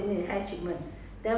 mm